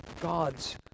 God's